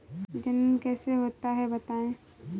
जनन कैसे होता है बताएँ?